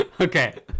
Okay